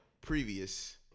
previous